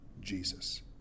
jesus